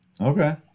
Okay